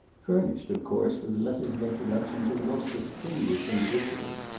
furnished, of course, with letters of introduction to the most distinguished individuals,